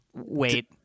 wait